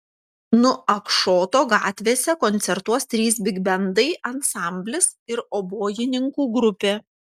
nuakšoto gatvėse koncertuos trys bigbendai ansamblis ir obojininkų grupė